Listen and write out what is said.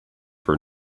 for